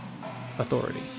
authority